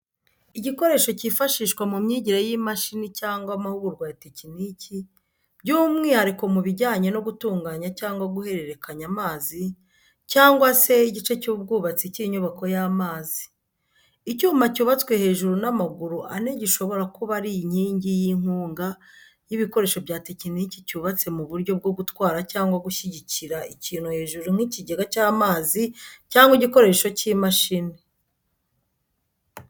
Igikoresho cyifashishwa mu myigire y’imashini cyangwa amahugurwa ya tekiniki, by’umwihariko mu bijyanye no gutunganya cyangwa guhererekanya amazi, cyangwa se igice cy’ubwubatsi bw’inyubako y’amazi. Icyuma cyubatswe hejuru n’amaguru ane gishobora kuba ari inkingi y’inkunga y’ibikoresho bya tekiniki cyubatse mu buryo bwo gutwara cyangwa gushyigikira ikintu hejuru nk'ikigega cy'amazi cyangwa igikoresho cy’imashini.